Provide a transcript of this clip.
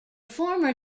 former